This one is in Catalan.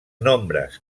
nombres